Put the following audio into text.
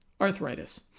arthritis